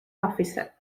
officer